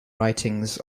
writings